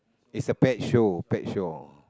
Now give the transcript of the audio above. it's a pet show pet show